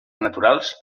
naturals